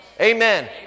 Amen